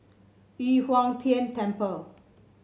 Yu Huang Tian Temple